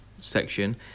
section